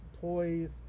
toys